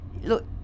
look